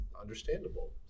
understandable